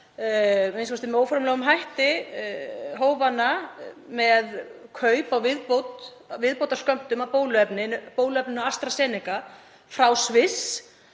með óformlegum hætti, hófanna með kaup á viðbótarskömmtum af bóluefninu AstraZeneca frá Sviss.